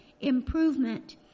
improvement